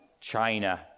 China